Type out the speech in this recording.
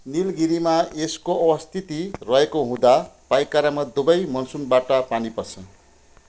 निलगिरीमा यसको अवस्थिति रहेको हुँदा पाइकारामा दुवै मनसुनबाट पानी पर्छ